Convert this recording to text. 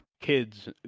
Kids